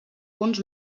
punts